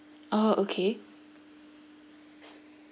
oh okay